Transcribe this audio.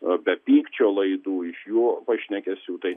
a be pykčio laidų iš jų pašnekesių tai